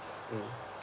mm